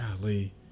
golly